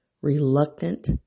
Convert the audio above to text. reluctant